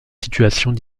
situations